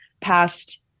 past